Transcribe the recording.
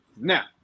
Now